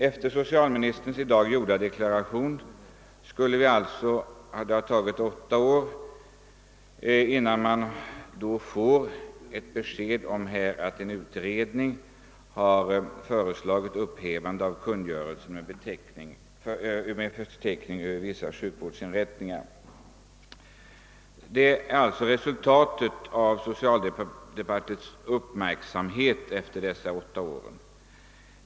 Enligt socialministerns i dag gjorda deklaration — det har alltså tagit åtta år att få detta besked — har en utredning föreslagit upphävande av kungörelsen med förteckning över vissa sjukvårdsinrättningar. Detta är alltså resultatet av socialdepartementets uppmärksamhet under dessa åtta år.